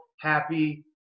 happy